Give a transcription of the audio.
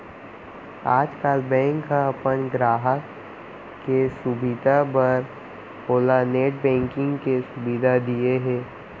आजकाल बेंक ह अपन गराहक के सुभीता बर ओला नेट बेंकिंग के सुभीता दिये हे